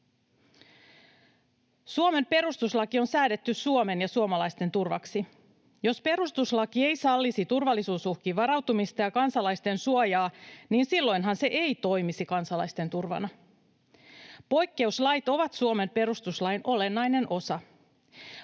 Suomen perustuslaki on säädetty Suomen ja suomalaisten turvaksi. Jos perustuslaki ei sallisi turvallisuusuhkiin varautumista ja kansalaisten suojaa, niin silloinhan se ei toimisi kansalaisten turvana. Poikkeuslait ovat Suomen perustuslain olennainen osa.